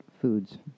foods